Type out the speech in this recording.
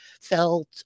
felt